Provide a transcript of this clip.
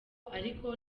ariko